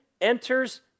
enters